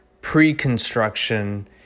pre-construction